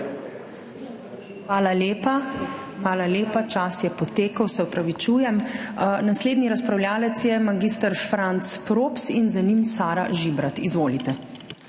Hvala lepa, čas je potekel, se opravičujem. Naslednji razpravljavec je mag. Franc Props in za njim Sara Žibrat. Izvolite.